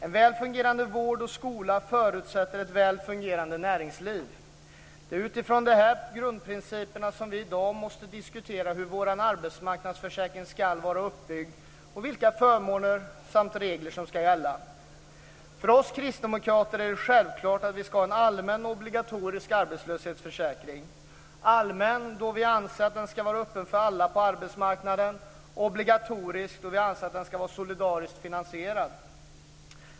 En väl fungerande vård och skola förutsätter ett väl fungerande näringsliv. Det är utifrån de här grundprinciperna som vi i dag måste diskutera hur vår arbetsmarknadsförsäkring ska vara uppbyggd samt vilka förmåner och regler som ska gälla. För oss kristdemokrater är det självklart att vi ska ha en allmän och obligatorisk arbetslöshetsförsäkring - allmän då vi anser att den ska vara öppen för alla på arbetsmarknaden, obligatorisk då vi anser att den ska vara solidariskt finansierad.